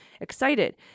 excited